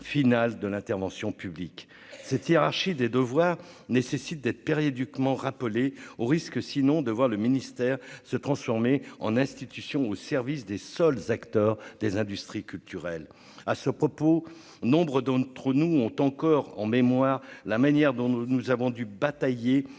de l'intervention publique cette hiérarchie des devoirs nécessite d'être périodiquement rappeler au risque sinon de voir le ministère se transformer en institution au service des seuls acteurs des industries culturelles à ce propos, nombre d'entre nous ont encore en mémoire la manière dont nous avons dû batailler